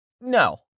No